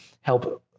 help